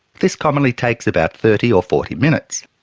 this commonly takes about thirty or forty minutes.